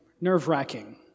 nerve-wracking